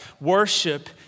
Worship